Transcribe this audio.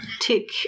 tick